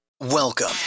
Welcome